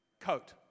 coat